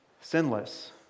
Sinless